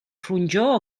flonjor